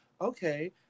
okay